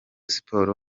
sports